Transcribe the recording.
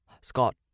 Scott